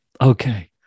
Okay